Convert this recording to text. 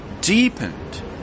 deepened